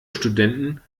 studenten